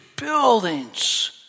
Buildings